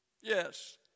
Yes